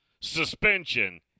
suspension